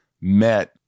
met